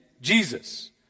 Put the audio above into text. Jesus